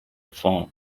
phone